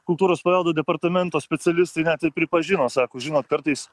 kultūros paveldo departamento specialistai net ir pripažino sako žinot kartais